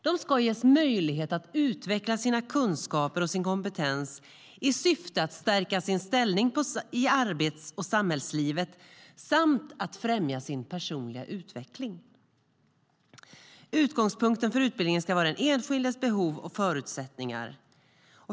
De ska ges möjlighet att utveckla sina kunskaper och sin kompetens i syfte att stärka sin ställning i arbets och samhällslivet samt att främja sin personliga utveckling. Utgångspunkten för utbildningen ska vara den enskildes behov och förutsättningar."